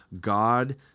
God